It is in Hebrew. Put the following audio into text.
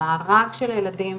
המארג של הילדים,